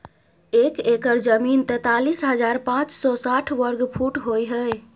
एक एकड़ जमीन तैंतालीस हजार पांच सौ साठ वर्ग फुट होय हय